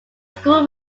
school